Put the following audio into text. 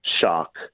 shock